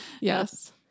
Yes